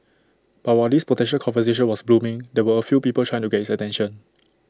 but while this potential conversation was blooming there were A few people trying to get his attention